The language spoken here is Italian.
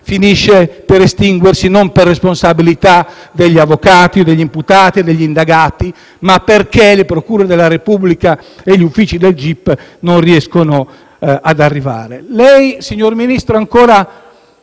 finisce per estinguersi, non per responsabilità degli avvocati, degli imputati e degli indagati, ma perché le procure della Repubblica e gli uffici del GIP non riescono ad arrivare al termine. Lei, signor Ministro, ha